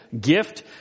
gift